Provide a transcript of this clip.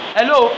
Hello